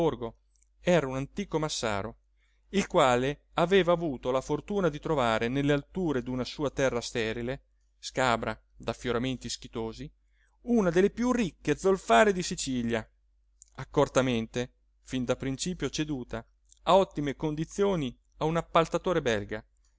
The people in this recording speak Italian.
era un antico massaro il quale aveva avuto la fortuna di trovare nelle alture d'una sua terra sterile scabra d'affioramenti schistosi una delle più ricche zolfare di sicilia accortamente fin da principio ceduta a ottime condizioni a un appaltatore belga